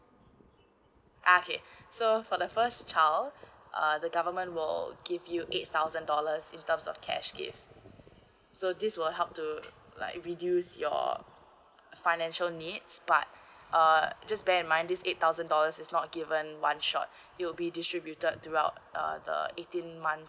okay so for the first child uh the government will give you eight thousand dollars in terms of cash gift so this will help to like reduce your financial needs but err just bear in mind this eight thousand dollars is not given one shot it will be distributed throughout uh the eighteen months